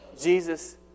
Jesus